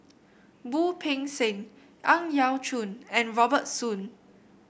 Wu Peng Seng Ang Yau Choon and Robert Soon